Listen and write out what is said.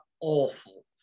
awful